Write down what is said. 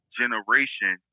generation